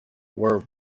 were